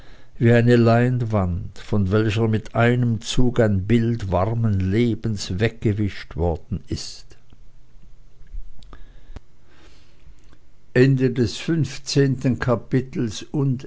wie eine leinwand von welcher mit einem zuge ein bild warmen lebens weggewischt worden ist